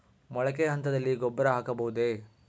ಮೊಳಕೆ ಹಂತದಲ್ಲಿ ಗೊಬ್ಬರ ಹಾಕಬಹುದೇ?